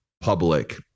public